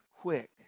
quick